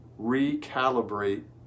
Recalibrate